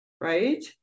right